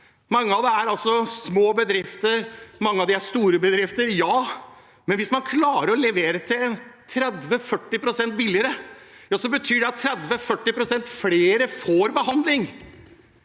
Mange av dem er små bedrifter, mange av dem er store bedrifter, men hvis man klarer å levere 30 –40 pst. billigere, så betyr det at 30 –40 pst. flere får behandling.